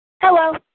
Hello